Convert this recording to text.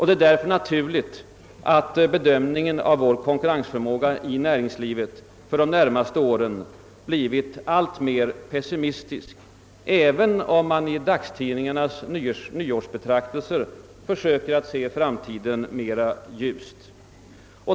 Det är därför naturligt att bedömningen av vårt näringslivs konkurrensförmåga för de närmaste åren blivit alltmer pessimistisk, även om man i dagstidningarnas nyårsbetraktelser försöker se framtiden mera ljust.